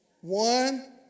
One